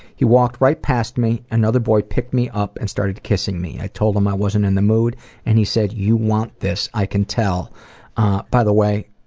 he walked right past me. another boy picked me up and started kissing me. i told him i wasn't in the mood and he said you want this, i can tell by the way,